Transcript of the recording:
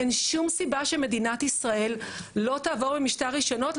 אין שום סיבה שמדינת ישראל לא תעבור למשטר מרשמים.